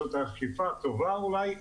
זו אכיפה טובה אולי,